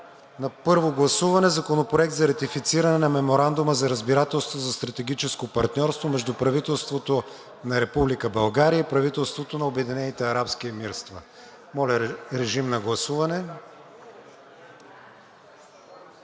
на първо гласуване Законопроект за ратифициране на Меморандума за разбирателство за стратегическо партньорство между правителството правителството на Република България и правителството на Обединените арабски емирства. Ще изчакам